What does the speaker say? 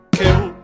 kill